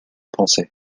pensais